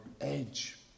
edge